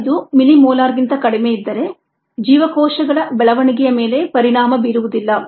5 millimolar ಗಿಂತ ಕಡಿಮೆಯಿದ್ದರೆ ಜೀವಕೋಶಗಳ ಬೆಳವಣಿಗೆಯ ಮೇಲೆ ಪರಿಣಾಮ ಬೀರುವುದಿಲ್ಲ